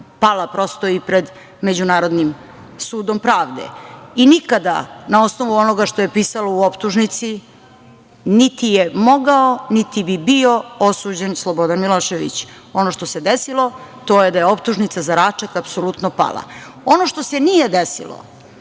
pala prosto i pred Međunarodnim sudom pravde. Nikada na osnovu onoga što je pisalo u optužnici niti je mogao, niti bi bio osuđen Slobodan Milošević. Ono što se desilo, to je da je optužnica za Račak apsolutno pala. Ono što se nije desilo,